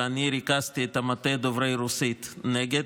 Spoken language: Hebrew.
ואני ריכזתי את מטה דוברי הרוסית נגד,